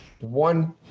one